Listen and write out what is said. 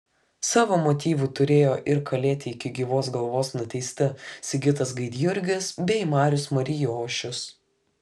savo motyvų turėjo ir kalėti iki gyvos galvos nuteisti sigitas gaidjurgis bei marius marijošius